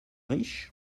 riches